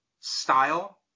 style